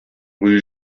rue